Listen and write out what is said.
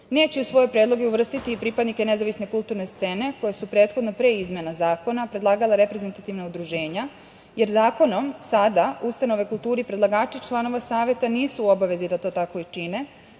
neće u svoje predloge uvrstiti i pripadnike nezavisne kulturne scene, koje su prethodno pre izmena zakona predlagala reprezentativna udruženja. Zakonom sada ustanove kulture i predlagači članova Saveta nisu u obavezi da to tako i čine